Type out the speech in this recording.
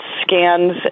scans